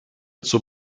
zur